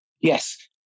Yes